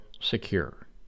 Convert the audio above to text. secure